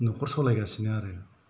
न'खर सलायगासिनो आरो